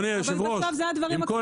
אבל בסוף אלו הדברים הקטנים